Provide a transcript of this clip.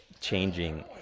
changing